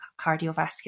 cardiovascular